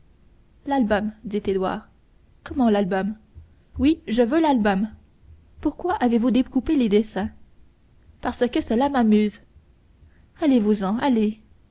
l'album dit édouard comment l'album oui je veux l'album pourquoi avez-vous découpé les dessins parce que cela m'amuse allez-vous-en